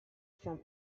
from